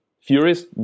furious